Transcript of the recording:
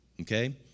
okay